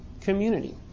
community